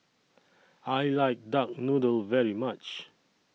I like Duck Noodle very much